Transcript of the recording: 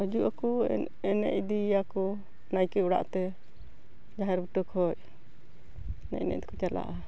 ᱦᱤᱡᱩᱜ ᱟᱠᱚ ᱮᱱᱮᱡ ᱤᱫᱤᱭᱮᱭᱟ ᱠᱚ ᱱᱟᱭᱠᱮ ᱚᱲᱟᱜ ᱛᱮ ᱡᱟᱦᱮᱨ ᱵᱩᱴᱟᱹ ᱠᱷᱚᱱ ᱮᱱᱮᱡ ᱮᱱᱮᱡ ᱛᱮᱠᱚ ᱪᱟᱞᱟᱜᱼᱟ